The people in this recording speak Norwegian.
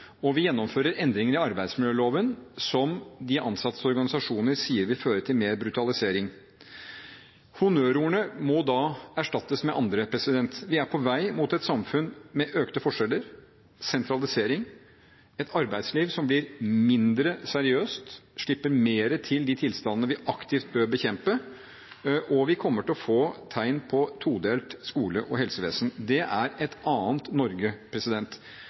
og vi gjennomfører endringer i arbeidsmiljøloven som de ansattes organisasjoner sier vil føre til mer brutalisering. Honnørordene må da erstattes med andre. Vi er på vei mot et samfunn med økte forskjeller, sentralisering, et arbeidsliv som blir mindre seriøst, slipper mer til de tilstandene vi aktivt bør bekjempe, og vi kommer til å få tegn på todelt skole og helsevesen. Det er et annet Norge.